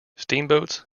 steamboats